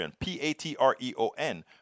P-A-T-R-E-O-N